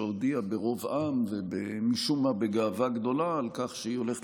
שהודיעה ברוב עם ומשום מה בגאווה גדולה על כך שהיא הולכת